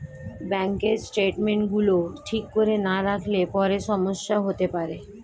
ব্যাঙ্কের স্টেটমেন্টস গুলো ঠিক করে না রাখলে পরে সমস্যা হতে পারে